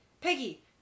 Peggy